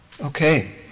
Okay